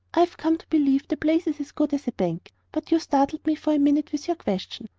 i've come to believe the place is as good as a bank but you startled me for a minute, with your question.